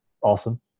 awesome